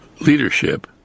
leadership